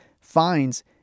fines